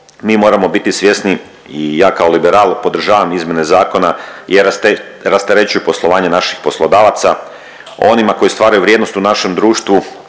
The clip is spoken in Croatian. mi moramo biti svjesni i ja kao liberal podržavam izmjene zakona jer rasterećuju poslovanje naših poslodavaca. Onima koji stvaraju vrijednost u našem društvu,